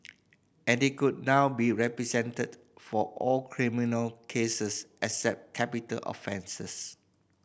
and they could now be represented for all criminal cases except capital offences